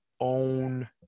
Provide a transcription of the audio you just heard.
own